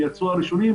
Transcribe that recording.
הם יצאו ראשונים,